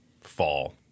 fall